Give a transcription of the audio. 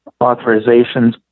authorizations